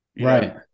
Right